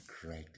great